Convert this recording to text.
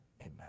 amen